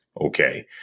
okay –